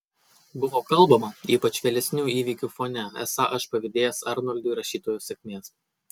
buvo kalbama ypač vėlesnių įvykių fone esą aš pavydėjęs arnoldui rašytojo sėkmės